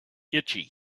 itchy